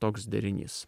toks derinys